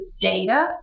data